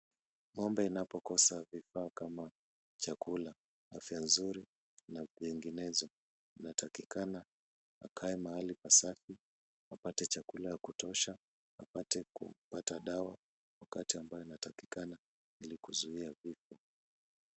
Ng'ombe inapokosa vifaa kama chakula, afya nzuri na vinginezo inatakikana akae mahali pasafi apate chakula ya kutosha apate kupata dawa wakati ambao unatakikana ili kuzuia vifo.